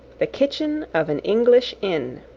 the kitchen of an english inn.